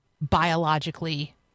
biologically